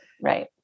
Right